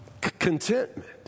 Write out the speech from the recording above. Contentment